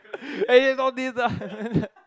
eh it's all these ah